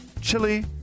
chili